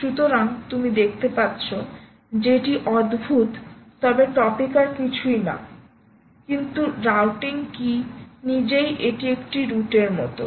সুতরাং তুমি দেখতে পাচ্ছো যে এটি অদ্ভুত তবে টপিক আর কিছুইনা কিন্তু রাউটিং কী নিজেই এটি একটি রুটের মতো